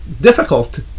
difficult